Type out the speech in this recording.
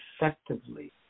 effectively